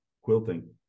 quilting